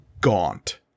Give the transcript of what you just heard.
gaunt